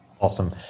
Awesome